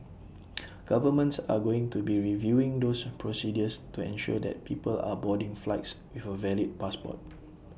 governments are going to be reviewing those procedures to ensure that people are boarding flights with A valid passport